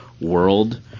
world